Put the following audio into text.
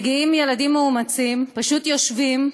מגיעים ילדים מאומצים, פשוט יושבים,